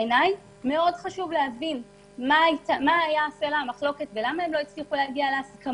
בעיני חשוב מאוד להבין מה סלע המחלוקת ולמה הם לא הצליחו להגיע להסכמות,